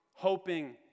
hoping